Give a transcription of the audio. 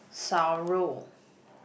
烧肉